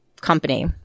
company